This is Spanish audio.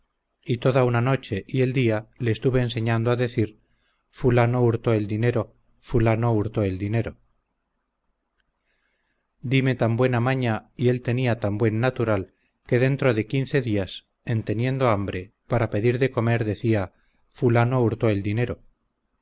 y toda una noche y el día le estuve enseñando a decir fulano hurtó el dinero fulano hurtó el dinero dime tan buena maña y él tenía tan buen natural que dentro de quince días en teniendo hambre para pedir de comer decía fulano hurtó el dinero